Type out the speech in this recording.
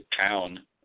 town